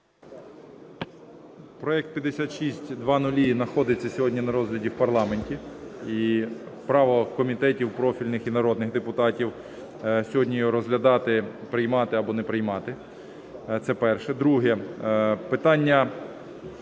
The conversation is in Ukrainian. Проект 5600 знаходиться сьогодні на розгляді в парламенті, і право комітетів профільних, і народних депутатів сьогодні його розглядати приймати або не приймати. Це перше. Друге. Питання